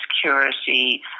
security